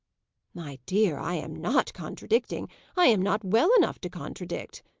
my dear, i am not contradicting i am not well enough to contradict,